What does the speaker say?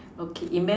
okay image